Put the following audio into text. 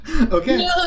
Okay